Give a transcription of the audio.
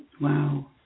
Wow